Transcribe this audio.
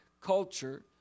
culture